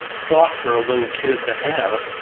thought for a little kid to have,